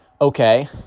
okay